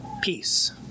peace